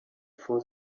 for